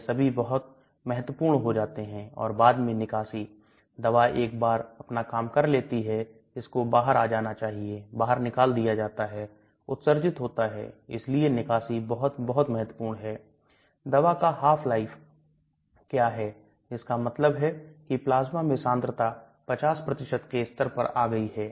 pH की यह विस्तृत श्रृंखला लंबा पारगमन समय छोटी आंत का बड़ा सतह क्षेत्र इसलिए अधिकांश दवा को पेट और colon की तुलना में दवाओं का अवशोषण प्राप्त करना चाहिए